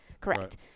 Correct